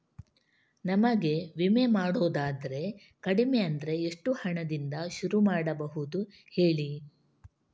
ನಮಗೆ ವಿಮೆ ಮಾಡೋದಾದ್ರೆ ಕಡಿಮೆ ಅಂದ್ರೆ ಎಷ್ಟು ಹಣದಿಂದ ಶುರು ಮಾಡಬಹುದು ಹೇಳಿ